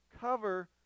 cover